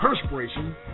perspiration